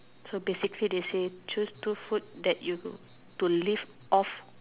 so basically they say choose two food that you to life off